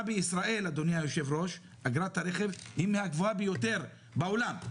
אדוני היושב-ראש אגרת הרכב בישראל היא מן הגבוהות ביותר בעולם,